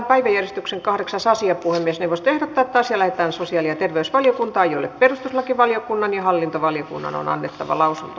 puhemiesneuvosto ehdottaa että asia lähetetään sosiaali ja terveysvaliokuntaan jolle perustuslakivaliokunnan ja hallintovaliokunnan on annettava lausunto